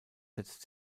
setzt